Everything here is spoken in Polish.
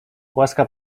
łaska